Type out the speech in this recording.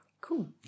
cool